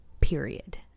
period